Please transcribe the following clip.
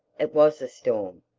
it was a storm!